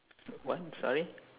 s~ what sorry